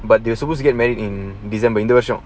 but they were supposed to get married in december near shop